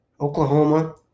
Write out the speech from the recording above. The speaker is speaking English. Oklahoma